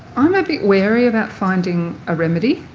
i'm a bit wary about finding a remedy.